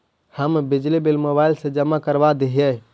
हम बिजली bill mobile से जमा करवा देहियै?